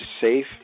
safe